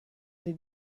des